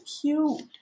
cute